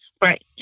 right